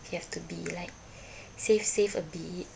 you have to be like save save a bit